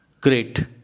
great